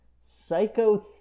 Psycho